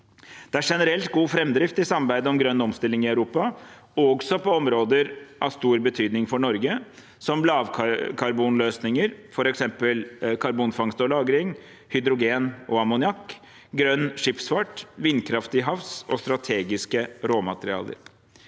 Det er generelt god framdrift i samarbeidet om grønn omstilling i Europa, også på områder av stor be tydning for Norge, som lavkarbonløsninger, f.eks. karbonfangst og -lagring, hydrogen og ammoniakk, grønn skipsfart, vindkraft til havs og strategiske råmaterialer.